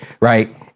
Right